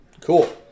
Cool